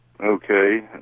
Okay